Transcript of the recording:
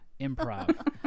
Improv